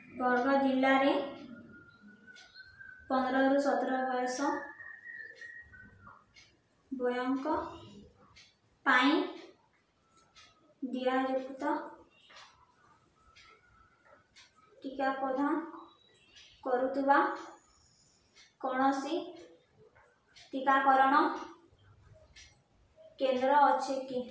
ବରଗଡ଼ ଜିଲ୍ଲାରେ ପନ୍ଦରରୁ ସତର ବର୍ଷ ବୟସଙ୍କ ପାଇଁ ଦିୟା ଯୁକ୍ତ ଟୀକା ପ୍ରଧାନ କରୁଥିବା କୌଣସି ଟିକାକରଣ କେନ୍ଦ୍ର ଅଛି କି